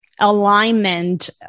alignment